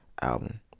album